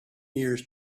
years